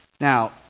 Now